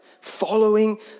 Following